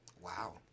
Wow